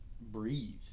breathe